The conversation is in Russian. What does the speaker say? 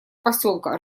поселка